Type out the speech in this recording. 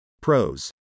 Pros